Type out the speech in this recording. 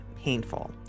painful